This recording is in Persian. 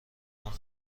کنند